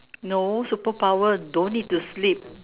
no superpower don't need to sleep